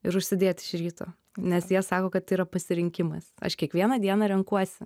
ir užsidėt iš ryto nes jie sako kad tai yra pasirinkimas aš kiekvieną dieną renkuosi